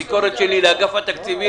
לא אושרה הרוויזיה.